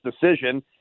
decision